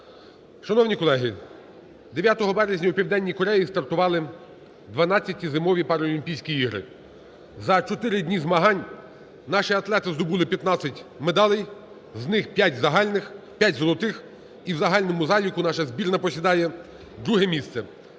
Шановні колеги, 9 березня у Південній Кореї стартували ХІІ зимові Паралімпійські ігри. За 4 дні змагань наші атлети здобули 15 медалей, з них 5 – загальних, 5 – золотих, і у загальному заліку наша збірка посідає друге місце.